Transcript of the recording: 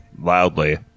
loudly